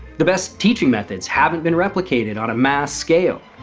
the best teaching methods haven't been replicated on a mass scale.